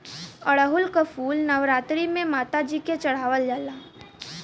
अढ़ऊल क फूल नवरात्री में माता जी के चढ़ावल जाला